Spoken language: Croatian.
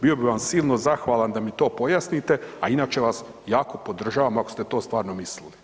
Bio bih vam silno zahvalan da mi to pojasnite, a inače vas jako podržavam ako ste to stvarno mislili.